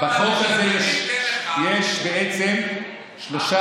בחוק הזה יש בעצם שלושה,